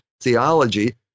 theology